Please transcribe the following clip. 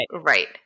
right